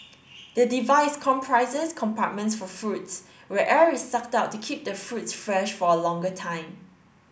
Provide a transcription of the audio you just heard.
the device comprises compartments for fruits where air is sucked out to keep the fruits fresh for a longer time